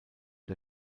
der